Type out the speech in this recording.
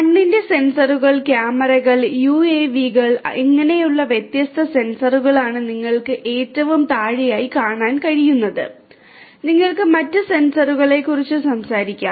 മണ്ണിന്റെ സെൻസറുകൾ ക്യാമറകൾ UAV കൾ എന്നിങ്ങനെയുള്ള വ്യത്യസ്ത സെൻസറുകളാണ് നിങ്ങൾക്ക് ഏറ്റവും താഴെയായി കാണാൻ കഴിയുന്നത് നിങ്ങൾക്ക് മറ്റ് സെൻസറുകളെക്കുറിച്ച് സംസാരിക്കാം